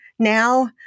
now